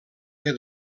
que